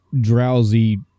drowsy